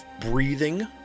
breathing